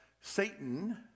Satan